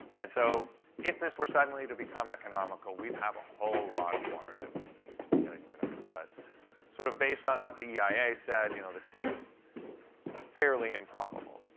and so if this were suddenly to become economical, we'd have a whole lot of water that we would need to be getting rid of. but sort of based on what the eia said, you know, this seems fairly improbable.